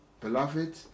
Beloved